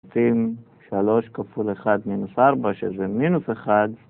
3 כפול 1 מינוס 4 שזה מינוס 1,